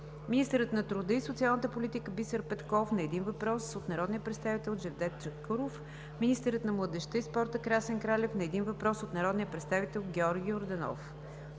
министърът на труда и социалната политика Бисер Петков на един въпрос от народния представител Джевдет Чакъров; - министърът на младежта и спорта Красен Кралев на един въпрос от народния представител Георги Йорданов;